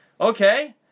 okay